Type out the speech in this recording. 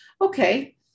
Okay